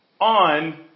on